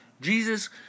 Jesus